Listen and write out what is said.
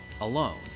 alone